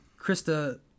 Krista